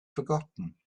forgotten